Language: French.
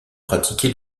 pratiqué